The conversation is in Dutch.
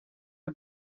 het